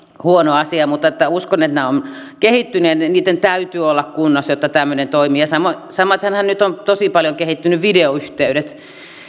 huono asia mutta uskon että nämä ovat kehittyneet niitten täytyy olla kunnossa jotta tämmöinen toimii samatenhan nyt ovat tosi paljon kehittyneet videoyhteydet